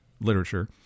literature